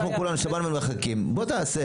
אנחנו כולנו מחכים, בוא תעשה.